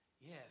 Yes